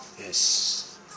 yes